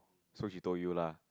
so she told you lah